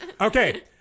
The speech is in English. Okay